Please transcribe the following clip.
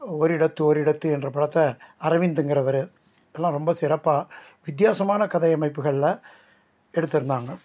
ஓரிடத்து ஓரிடத்து என்ற படத்தை அரவிந்துங்கிறவர் எல்லாம் ரொம்ப சிறப்பாக வித்தியாசமான கதை அமைப்புகளில் எடுத்திருந்தாங்க